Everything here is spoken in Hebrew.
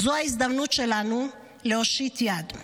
זו ההזדמנות שלנו להושיט להם יד.